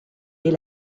est